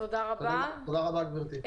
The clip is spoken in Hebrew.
תודה רבה, גברתי.